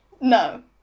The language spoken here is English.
No